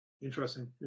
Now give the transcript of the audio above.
Interesting